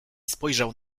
spojrzał